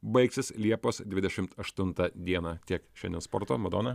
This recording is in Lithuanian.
baigsis liepos dvidešimt aštuntą dieną tiek šiandien sporto madona